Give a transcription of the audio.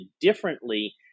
differently